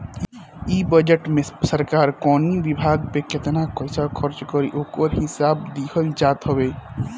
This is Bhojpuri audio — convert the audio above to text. इ बजट में सरकार कवनी विभाग पे केतना पईसा खर्च करी ओकर हिसाब दिहल जात हवे